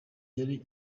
yari